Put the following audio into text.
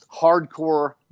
hardcore